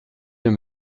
bien